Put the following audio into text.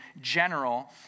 general